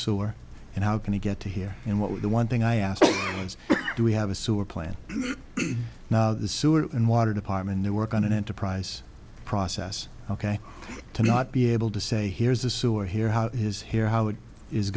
sewer and how can you get to here and what was the one thing i asked means do we have a sewer plan now the sewer and water department they work on an enterprise process ok to not be able to say here's a sewer here how his here how it is